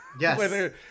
Yes